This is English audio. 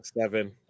seven